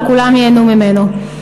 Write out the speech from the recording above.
וכולם ייהנו ממנו.